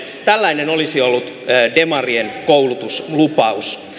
tällainen olisi ollut demarien koulutuslupaus